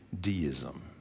deism